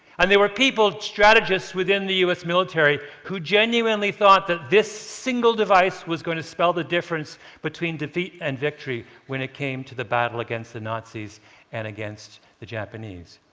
and there were people, strategists, within the u s. military who genuinely thought that this single device was going to spell the difference between defeat and victory when it came to the battle against the nazis and against the japanese.